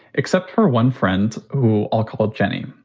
except for one friend who i'll call jenny.